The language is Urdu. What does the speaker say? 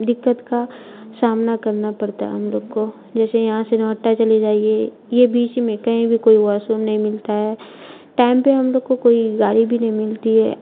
دقت کا سامنا کرنا پڑتا ہے ہم لوگ کو جیسے یہاں سے نوٹا چلے جائیے یہ بیچ میں کہیں بھی کوئی واش روم نہیں ملتا ہے ٹائم پہ ہم لوگ کو کوئی گاڑی بھی نہیں ملتی ہے